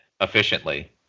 efficiently